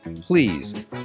please